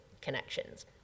connections